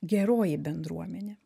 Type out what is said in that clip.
geroji bendruomenė